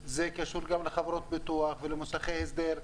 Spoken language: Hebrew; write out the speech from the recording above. היושב-ראש, זה קשור גם לחברות ביטוח ולמוסכי הסדר.